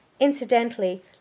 Incidentally